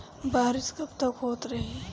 बरिस कबतक होते रही?